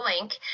link